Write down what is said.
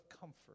comfort